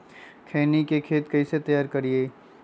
खैनी के खेत कइसे तैयार करिए?